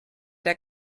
der